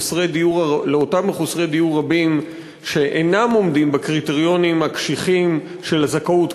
לאותם מחוסרי דיור רבים שאינם עומדים בקריטריונים הקשיחים של הזכאות,